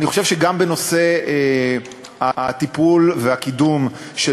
אני חושב שגם בנושא הטיפול והקידום של